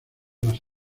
las